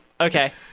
Okay